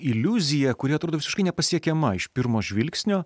iliuzija kuri atrodo visiškai nepasiekiama iš pirmo žvilgsnio